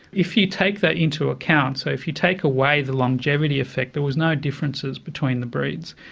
if you take that into account, so if you take away the longevity effect there was no differences between the breeds.